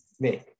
make